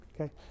Okay